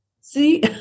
see